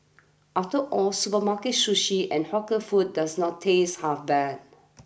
after all supermarket sushi and hawker food does not taste half bad